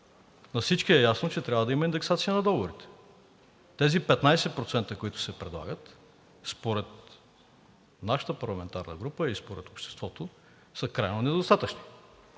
На всички е ясно, че трябва да има индексация на договорите. Тези 15%, които се предлагат, според нашата парламентарна група и според обществото са крайно недостатъчни.